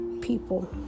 People